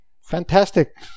fantastic